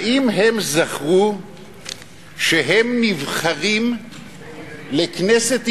האם הם זכרו שהם נבחרים לכנסת ישראל?